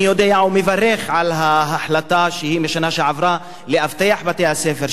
אני יודע ומברך על ההחלטה מהשנה שעברה לאבטח את בתי-הספר,